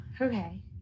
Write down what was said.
Okay